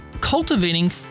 cultivating